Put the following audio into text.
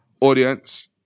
audience